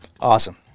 awesome